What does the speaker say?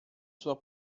sua